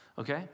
okay